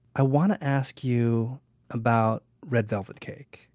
i want to ask you about red velvet cake.